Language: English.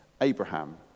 Abraham